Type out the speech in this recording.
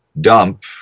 dump